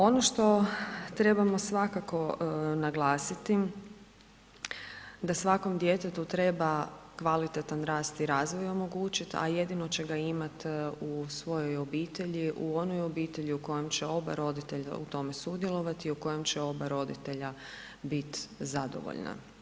Ono što trebamo svakako naglasiti, da svakom djetetu treba kvalitetan rast i razvoj omogućiti, a jedino će ga imati u svojoj obitelji, u onoj obitelji u kojem će oba roditelja u tome sudjelovati i u kojem će oba roditelja biti zadovoljna.